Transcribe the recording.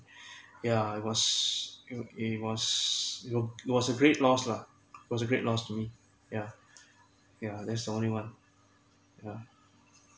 yeah it was it wa~ it was lo~ it was a great loss lah was a great loss me yeah yeah there's only one yeah